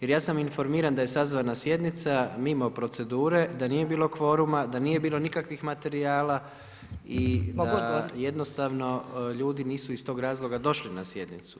Jer ja sam informiran da je sazvana sjednica mimo procedure, da nije bilo kvoruma, da nije bilo nikakvih materijala i da jednostavno ljudi nisu iz tog razloga došli na sjednicu.